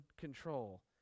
control